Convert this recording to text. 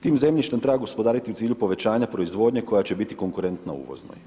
Tim zemljištem treba gospodariti u cilju povećanja proizvodnje koja će biti konkurentna uvozno.